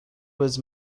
was